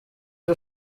byo